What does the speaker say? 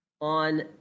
on